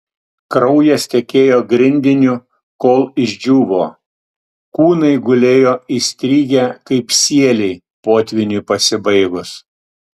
kraujas tekėjo grindiniu kol išdžiūvo kūnai gulėjo įstrigę kaip sieliai potvyniui pasibaigus